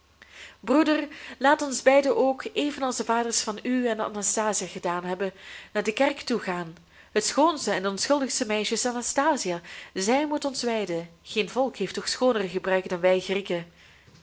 broeder laat ons beiden ook evenals de vaders van u en anastasia gedaan hebben naar de kerk toe gaan het schoonste en onschuldigste meisje is anastasia zij moet ons wijden geen volk heeft toch schoonere gebruiken dan wij grieken